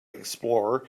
explorer